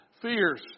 fierce